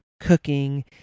cooking